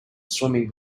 swimming